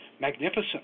magnificent